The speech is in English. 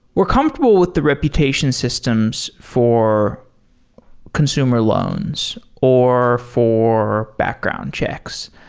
we're comfortable with the reputation systems for consumer loans, or for background checks?